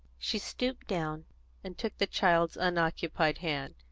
she stooped down and took the child's unoccupied hand,